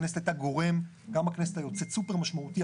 הכנסת הייתה גורם, גם הכנסת היוצאת, סופר משמעותי.